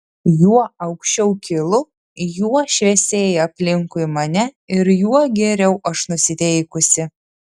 juo aukščiau kylu juo šviesėja aplinkui mane ir juo geriau aš nusiteikusi